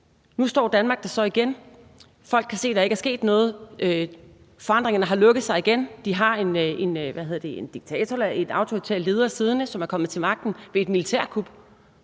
Nu står Danmark der så igen. Folk kan se, at der ikke er sket noget, forandringerne har lukket sig igen, de har en diktator eller en autoritær leder siddende, som er kommet til magten ved et militærkup.